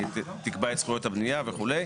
ותקבע את זכויות הבנייה וכו',